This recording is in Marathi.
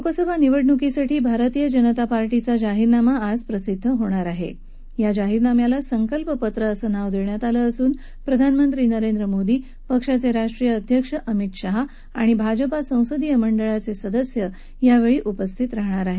लोकसभा निवडणुकांसाठी भारतीय जनता पार्टी आज जाहीरनामा प्रसिद्ध करणार आहा आजपानं आपल्या जाहीरनाम्याला संकल्पपत्र असं नाव दिलं आह प्रधानमंत्री नरेंद्र मोदी पक्षाचविष्ट्रीय अध्यक्ष अमित शाह आणि भाजपा संसदीय मंडळाचविदस्य यावळी उपस्थित राहणार आहेत